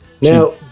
Now